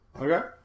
Okay